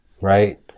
right